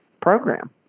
program